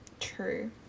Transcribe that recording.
true